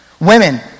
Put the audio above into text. Women